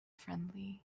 friendly